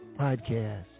podcast